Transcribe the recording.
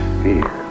fear